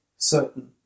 certain